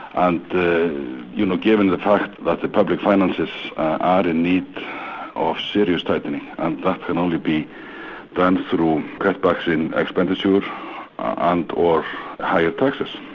um you know given the fact that the public finances are in need of serious tightening and that can only be done through cutbacks in expenditure and or higher taxes.